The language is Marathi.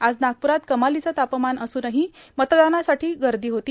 आज नागप्रात कमालीचं तापमान असूनही मतदानासाठी गर्दी होती